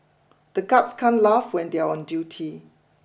the guards can't laugh when they are on duty